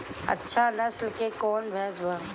अच्छा नस्ल के कौन भैंस बा?